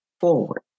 forward